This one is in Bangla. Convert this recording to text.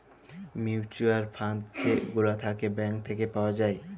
মিউচুয়াল ফান্ড যে গুলা থাক্যে ব্যাঙ্ক থাক্যে পাওয়া যায়